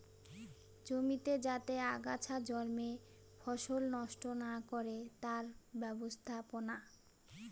জমিতে যাতে আগাছা জন্মে ফসল নষ্ট না করে তার ব্যবস্থাপনা